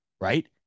right